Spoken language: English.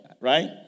right